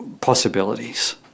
possibilities